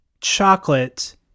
chocolate